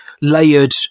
layered